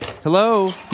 Hello